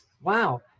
wow